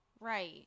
Right